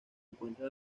encuentra